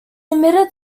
admitted